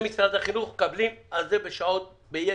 משרד החינוך ומקבלים על זה בשעות ---.